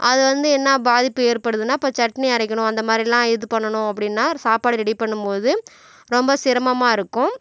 அது வந்து என்ன பாதிப்பு ஏற்படுதுனால் இப்போ சட்னி அரைக்கணும் அந்தமாதிரிலாம் இது பண்ணணும் அப்படின்னா சாப்பாடு ரெடி பண்ணும்போது ரொம்ப சிரமமாக இருக்கும்